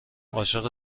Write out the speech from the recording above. عاشق